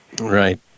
Right